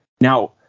Now